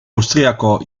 austriaco